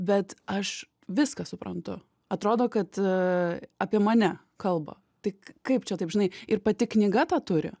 bet aš viską suprantu atrodo kad apie mane kalba tai kaip čia taip žinai ir pati knyga tą turi